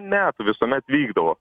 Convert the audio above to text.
metų visuomet vykdavo